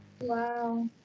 Wow